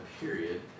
period